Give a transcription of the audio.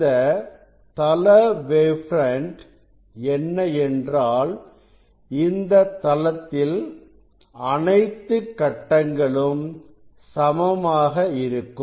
இந்த தள wave front என்ன என்றாள் இந்தத் தளத்தில் அனைத்து கட்டங்களும் சமமாக இருக்கும்